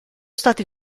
stati